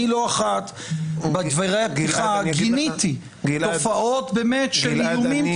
אני לא אחת בדברי הפתיחה גיניתי תופעות של איומים,